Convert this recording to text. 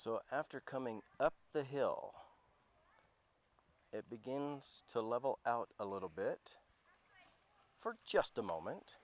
so after coming up the hill it begins to level out a little bit for just a moment